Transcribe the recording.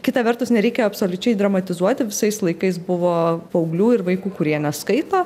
kita vertus nereikia absoliučiai dramatizuoti visais laikais buvo paauglių ir vaikų kurie neskaito